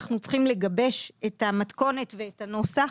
אנחנו צריכים לגבש את המתכונת ואת הנוסח.